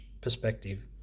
perspective